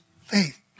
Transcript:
faith